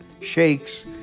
shakes